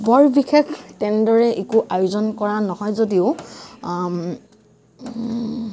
বৰ বিশেষ তেনেদৰে একো আয়োজন কৰা নহয় যদিও